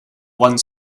one